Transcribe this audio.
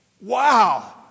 Wow